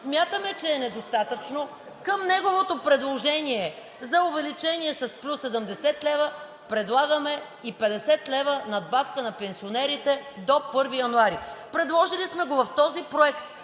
смятаме, че е недостатъчно, към неговото предложение за увеличение с плюс 70 лв., предлагаме и 50 лв. надбавка на пенсионерите до 1 януари. Предложили сме го в този проект.